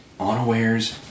unawares